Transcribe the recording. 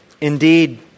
indeed